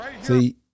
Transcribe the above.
See